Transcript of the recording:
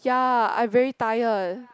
ya I very tired